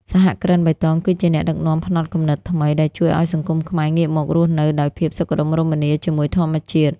សហគ្រិនបៃតងគឺជាអ្នកដឹកនាំផ្នត់គំនិតថ្មី ដែលជួយឱ្យសង្គមខ្មែរងាកមករស់នៅដោយភាពសុខដុមរមនាជាមួយធម្មជាតិ។